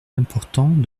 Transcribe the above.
important